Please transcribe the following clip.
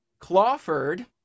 Clawford